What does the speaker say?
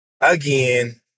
Again